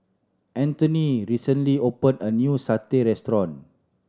Anthoney recently opened a new satay restaurant